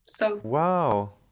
Wow